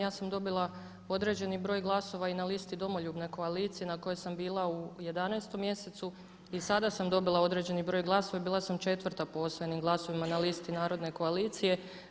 Ja sam dobila određeni broj glasova i na listi Domoljubne koalicije na kojoj sam bila u 11. mjesecu i sada sam dobila određeni broj glasova i bila sam 4 po osvojenim glasovima na listi Narodne koalicije.